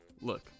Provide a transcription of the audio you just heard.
Look